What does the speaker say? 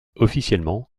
officiellement